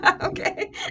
Okay